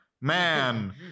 man